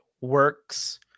works